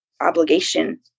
obligation